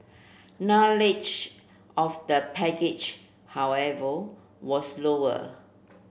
knowledge of the package however was lower